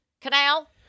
Canal